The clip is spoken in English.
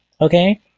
okay